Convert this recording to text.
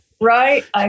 Right